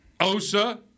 Osa